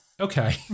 Okay